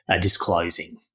disclosing